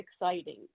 exciting